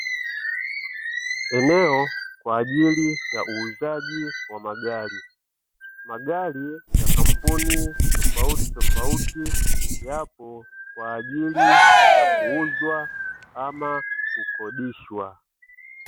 Eneo kwa ajili ili ya uuzaji wa magari, magari ya kampuni tofauti tofauti ,yapo kwa ajili ya kuuzwa ama kukodishwa.